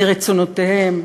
מרצונותיהם,